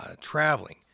traveling